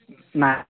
ନା